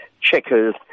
Checkers